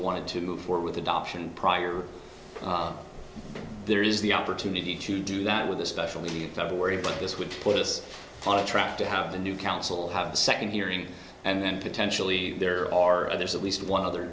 wanted to move forward with adoption prior there is the opportunity to do that with especially february but this would put us on a track to have a new council have a second hearing and then potentially there are others at least one other